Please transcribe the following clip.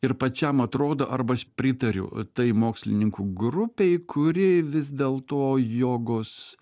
ir pačiam atrodo arba aš pritariu tai mokslininkų grupei kuri vis dėlto jogos